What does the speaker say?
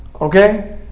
okay